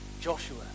Joshua